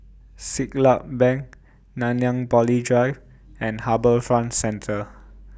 Siglap Bank Nanyang Poly Drive and HarbourFront Centre